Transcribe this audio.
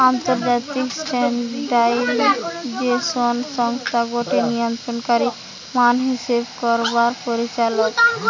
আন্তর্জাতিক স্ট্যান্ডার্ডাইজেশন সংস্থা গটে নিয়ন্ত্রণকারী মান হিসেব করবার পরিচালক